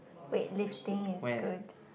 weightlifting is good